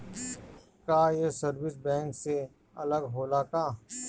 का ये service bank से अलग होला का?